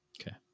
Okay